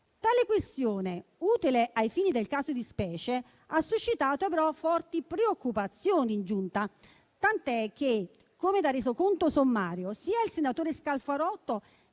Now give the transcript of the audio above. Tale questione, utile ai fini del caso di specie, ha suscitato però forti preoccupazioni in Giunta, tant'è che - come da resoconto sommario - sia il senatore Scalfarotto